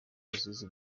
rusizi